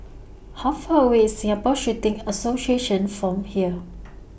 How Far away IS Singapore Shooting Association from here